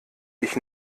ich